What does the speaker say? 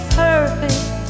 perfect